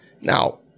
Now